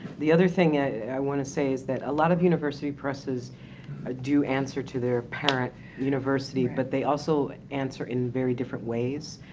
the other thing i i want to say is that a lot of university presses ah do answer to their parent university, but they also answer in very different ways.